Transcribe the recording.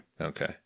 Okay